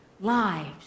lives